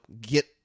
get